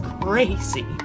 crazy